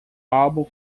álbum